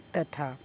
तथा